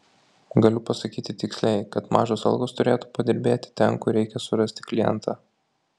galiu pasakyti tiksliai kad mažos algos turėtų padirbėti ten kur reikia surasti klientą